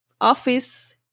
office